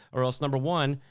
or else number one,